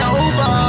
over